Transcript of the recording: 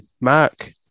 Mark